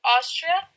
Austria